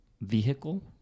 vehicle